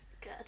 Good